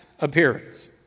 appearance